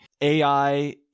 AI